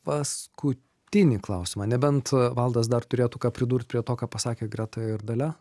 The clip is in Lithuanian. paskutinį klausimą nebent valdas dar turėtų ką pridurt prie to ką pasakė greta ir dalia